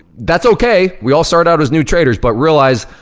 that's okay, we all start out as new traders, but realize,